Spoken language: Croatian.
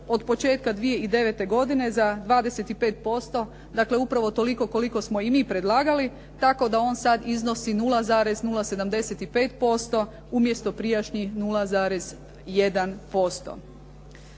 od početka 2009. godine za 25%, dakle, upravo toliko koliko smo i mi predlagali tako da on sada iznosi 0,075% umjesto prijašnjih 0,1%.